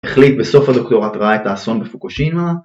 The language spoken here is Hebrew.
החליט בסוף הדוקטורט ראה את האסון בפוקושימה